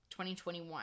2021